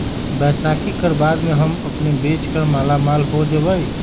बैसाखी कर बाद हम अपन बेच कर मालामाल हो जयबई